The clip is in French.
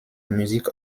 musique